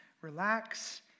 Relax